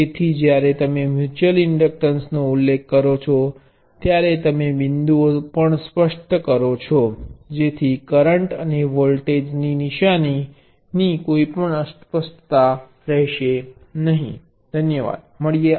તેથી જ્યારે તમે મ્યુચ્યુઅલ ઇન્ડકટન્સ નો ઉલ્લેખ કરો છો ત્યારે તમે બિંદુઓ પણ સ્પષ્ટ કરો છો જેથી કરંટ અને વોલ્ટેજની નિશાનીમાં કોઈ અસ્પષ્ટતા ન હોય